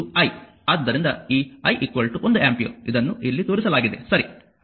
ಆದ್ದರಿಂದ ಈ i ಒಂದು ಆಂಪಿಯರ್ ಇದನ್ನು ಇಲ್ಲಿ ತೋರಿಸಲಾಗಿದೆ ಸರಿ